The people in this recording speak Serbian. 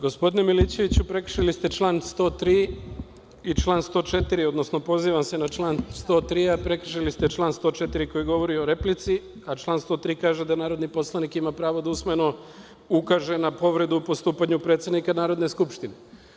Gospodine Milićeviću, prekršili ste član 103. i član 104. odnosno pozivam se na član 103, a prekršili ste član 104. koji govori o replici, a član 103. kaže da narodni poslanik ima pravo da usmeno ukaže na povredu postupanja predsednika Narodne skupštine.